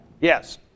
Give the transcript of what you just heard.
Yes